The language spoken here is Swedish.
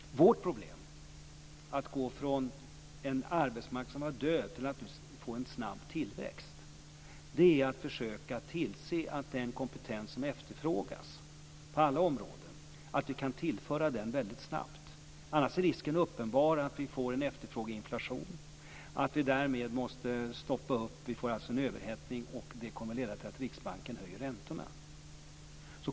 Vårt problem, att gå från en arbetsmarknad som var död till att få en snabb tillväxt, är att försöka tillse att den kompetens som efterfrågas på alla områden tillförs väldigt snabbt, annars är risken uppenbar att vi får en efterfrågeinflation och att vi därmed måste stoppa upp. Vi får alltså en överhettning, och det kommer att leda till att Riksbanken höjer räntorna.